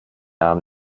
haben